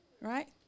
right